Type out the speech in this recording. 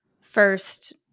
first